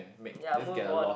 ya move on